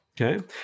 okay